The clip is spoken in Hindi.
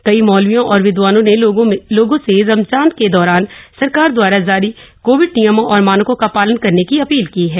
कई मौलवियों और विदवानों ने लोगों से रमजान के दौरान सरकार दवारा जारी कोविड नियमों और मानकों का पालन करने की अपील की है